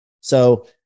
So-